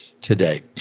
today